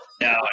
No